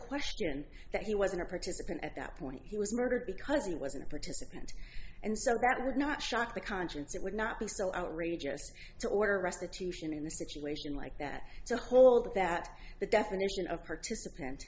question that he wasn't a participant at that point he was murdered because he wasn't a participant and so rat would not shock the conscience it would not be so outrageous to order restitution in a situation like that so hold that the definition of participant